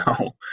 no